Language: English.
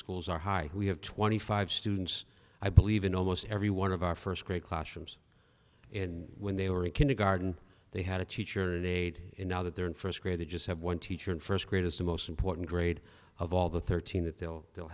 schools are high we have twenty five students i believe in almost every one of our first grade classrooms and when they were in kindergarten they had a teacher and aide and now that they're in first grade they just have one teacher in first grade as to most important grade of all the thirteen that they'll